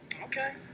Okay